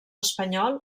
espanyol